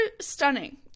stunning